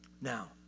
now